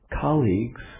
colleagues